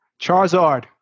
Charizard